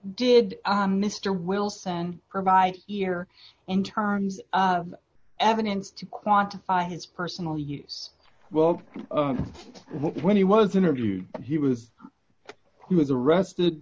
did mr wilson provide here in terms of evidence to quantify his personal use well when he was interviewed he was he was arrested